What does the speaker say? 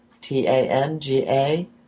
T-A-N-G-A